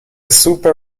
super